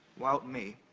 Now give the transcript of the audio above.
wild me.